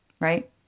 Right